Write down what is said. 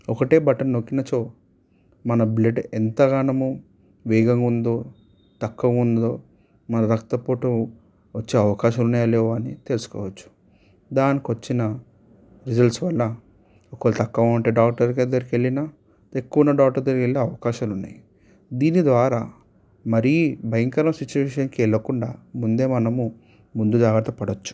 ఒకటే బటన్ నొక్కినచో మన బ్లడ్ ఎంత గణము వేగంగా ఉందో తక్కువ ఉందో మన రక్తపోటు వచ్చే అవకాశం ఉన్నాయా లేవా అని తెలుసుకోవచ్చు దానికి వచ్చిన రిజల్ట్స్ వల్ల ఒకవేళ తక్కువ ఉంటే డాక్టర్ దగ్గరికి వెళ్ళినా ఎక్కువ ఉన్నా డాక్టర్ దగ్గరికి వెళ్ళినా అవకాశాలు ఉన్నాయి దీని ద్వారా మరి భయంకరమైన సిచువేషన్కి వెళ్ళకుండా ముందే మనము ముందు జాగ్రత్త పడొచ్చు